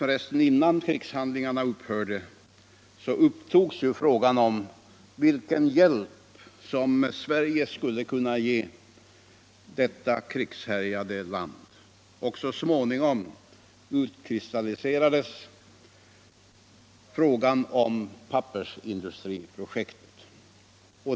Redan innan krigshandlingarna upphörde upptogs frågan om vilken hjälp som Sverige skulle kunna ge detta krigshärjade land, och så småningom utkristalliserades detta pappersindustriprojekt.